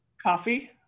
coffee